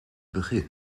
begin